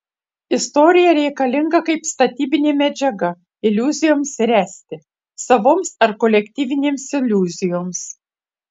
istorija reikalinga kaip statybinė medžiaga iliuzijoms ręsti savoms ar kolektyvinėms iliuzijoms